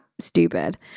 stupid